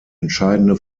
entscheidende